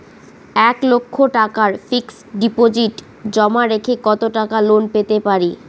এক লক্ষ টাকার fixed deposit জমা রেখে কত টাকা লোন পেতে পারি?